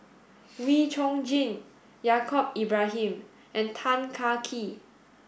Wee Chong Jin Yaacob Ibrahim and Tan Kee